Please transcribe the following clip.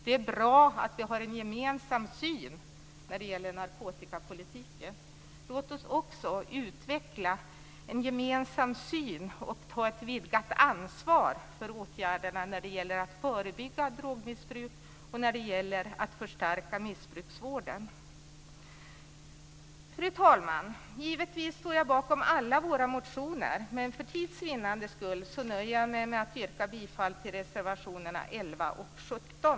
Det är bra att vi har en gemensam syn när det gäller narkotikapolitiken. Låt oss också utveckla en gemensam syn och ta ett vidgat ansvar för åtgärderna när det gäller att förebygga drogmissbruk och när det gäller att förstärka missbrukarvården. Fru talman! Givetvis står jag bakom alla våra reservationer, men för tids vinnande nöjer jag mig med att yrka bifall till reservationerna 11 och 17.